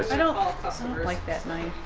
i don't like that knife.